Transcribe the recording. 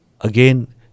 again